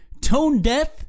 tone-deaf